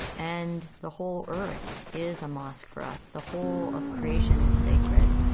and the whole earth is a mosque for us. the whole of creation is sacred.